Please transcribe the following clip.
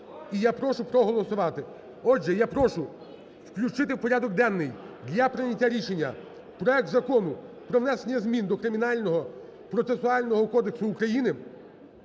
і я прошу проголосувати. Отже, я прошу включити в порядок денний для прийняття рішення проект Закону про внесення змін до Кримінального процесуального кодексу України